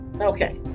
Okay